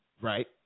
Right